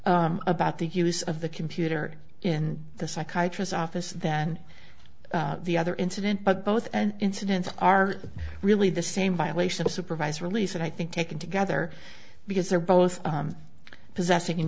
about the use of the computer in the psychiatrist's office than the other incident but both and incidents are really the same violation of supervised release and i think taken together because they're both possessing and